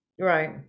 Right